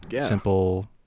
simple